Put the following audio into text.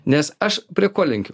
nes aš prie ko lenkiu